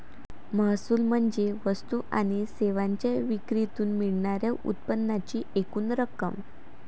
महसूल म्हणजे वस्तू आणि सेवांच्या विक्रीतून मिळणार्या उत्पन्नाची एकूण रक्कम